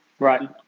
Right